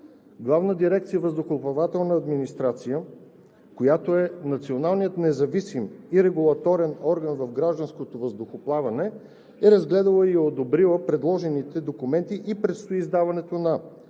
Главна дирекция „Въздухоплавателна администрация“, която е националният независим и регулаторен орган в гражданското въздухоплаване, е разгледала и одобрила предложените документи и предстои издаването на